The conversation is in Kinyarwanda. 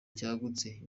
cyagutse